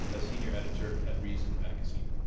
a senior editor at reason magazine.